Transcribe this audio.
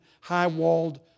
high-walled